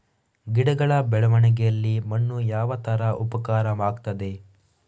ಗಿಡಗಳ ಬೆಳವಣಿಗೆಯಲ್ಲಿ ಮಣ್ಣು ಯಾವ ತರ ಉಪಕಾರ ಆಗ್ತದೆ?